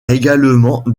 également